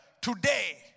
today